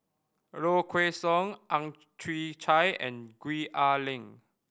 Low Kway Song Ang Chwee Chai and Gwee Ah Leng